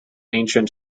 ancient